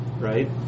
Right